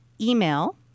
email